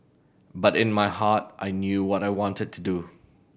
but in my heart I knew what I wanted to do